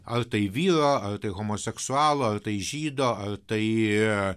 ar tai vyro ar tai homoseksualo ar tai žydo ar tai